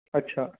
ਅੱਛਾ